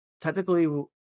technically